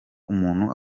umuntu